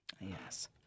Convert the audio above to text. yes